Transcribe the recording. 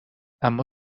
اما